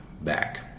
back